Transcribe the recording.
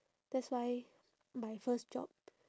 that's why my first job